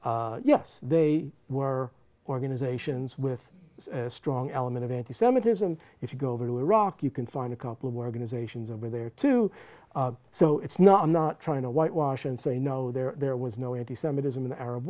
yes they were organizations with a strong element of anti semitism if you go over to iraq you can find a couple of war going is asians over there too so it's not i'm not trying to whitewash and say no there there was no anti semitism in the arab